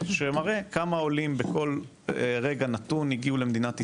שמראה כמה עולים בכל רגע נתון הגיעו למדינת ישראל,